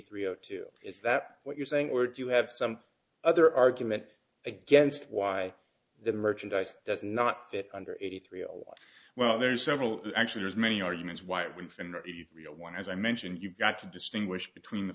three o two is that what you're saying or do you have some other argument against why the merchandise does not fit under eighty three oh well there's several actually there's many arguments why when from the real one as i mentioned you've got to distinguish between the